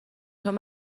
چون